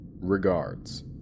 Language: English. Regards